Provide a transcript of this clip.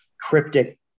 cryptic